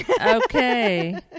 okay